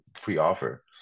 pre-offer